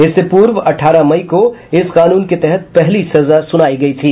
इससे पूर्व अठारह मई को इस कानून के तहत पहली सजा सुनाई गई थी